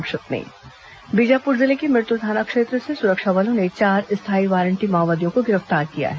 संक्षिप्त समाचार बीजापुर जिले के मिरतुर थाना क्षेत्र से सुरक्षा बलों ने चार स्थायी वारंटी माओवादियों को गिरफ्तार किया है